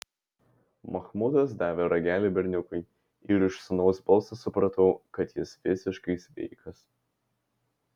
machmudas davė ragelį berniukui ir iš sūnaus balso supratau kad jis visiškai sveikas